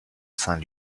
saint